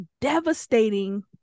devastating